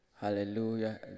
Hallelujah